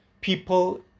people